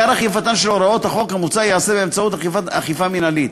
עיקר אכיפתן של הוראות החוק המוצע ייעשה באמצעות אכיפה מינהלית,